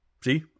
See